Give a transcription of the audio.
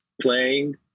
playing